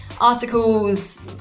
articles